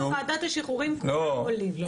לעלות לדיון בוועדת שחרורים כולם עולים.